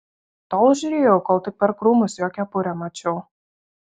tol žiūrėjau kol tik per krūmus jo kepurę mačiau